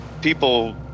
people